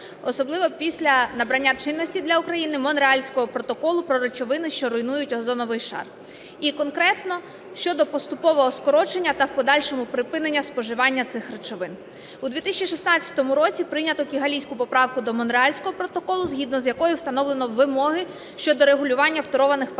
особливо після набрання чинності для України Монреальського протоколу про речовини, що руйнують озоновий шар і конкретно щодо поступового скорочення та в подальшому припинення споживання цих речовин. У 2016 році прийнято Кігалійську поправку до Монреальського протоколу, згідно з якою встановлено вимоги щодо регулювання фторованих парникових